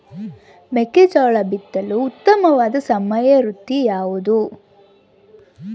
ಮೆಕ್ಕೆಜೋಳ ಬಿತ್ತಲು ಉತ್ತಮವಾದ ಸಮಯ ಋತು ಯಾವುದು?